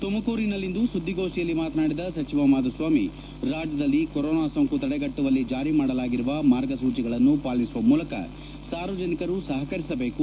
ತುಮಕೂರಿನಲ್ಲಿಂದು ಸುದ್ದಿಗೋಷ್ಠಿಯಲ್ಲಿ ಮಾತನಾಡಿದ ಸಚಿವ ಮಾಧುಸ್ವಾಮಿ ರಾಜ್ಯದಲ್ಲಿ ಕೊರೋನಾ ಸೋಂಕು ತಡೆಗಟ್ಟುವಲ್ಲಿ ಜಾರಿ ಮಾಡಲಾಗಿರುವ ಮಾರ್ಗಸೂಚಿಗಳನ್ನು ಪಾಲಿಸುವ ಮೂಲಕ ಸಾರ್ವಜನಿಕರು ಸಹಕರಿಸಬೇಕು